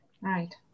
right